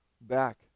back